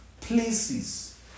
places